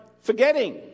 forgetting